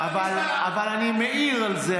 אבל אני מעיר על זה,